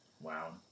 Wow